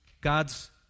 God's